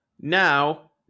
Now